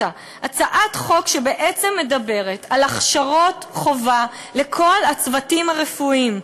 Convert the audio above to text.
הצעת חוק שבעצם מדברת על הכשרות חובה לכל הצוותים הרפואיים?